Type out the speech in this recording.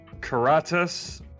Karatas